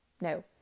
no